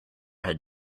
had